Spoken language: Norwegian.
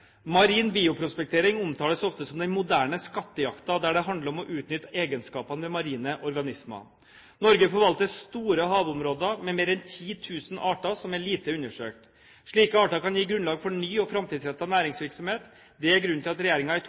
Marin bioprospektering omtales ofte som den moderne skattejakten, der det handler om å utnytte egenskapene ved marine organismer. Norge forvalter store havområder med mer enn 10 000 arter som er lite undersøkt. Slike arter kan gi grunnlag for ny og framtidsrettet næringsvirksomhet. Det er grunnen til at regjeringen i